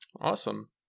awesome